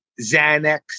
Xanax